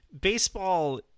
baseball